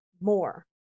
more